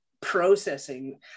processing